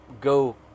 go –